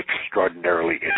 extraordinarily